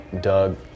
doug